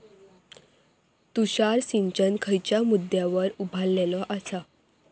तुषार सिंचन खयच्या मुद्द्यांवर उभारलेलो आसा?